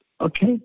Okay